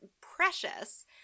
precious